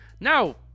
now